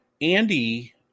Andy